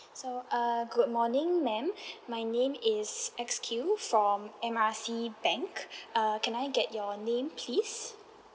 so err good morning ma'am my name is X Q from M R C bank err can I get your name please